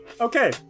okay